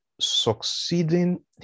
succeeding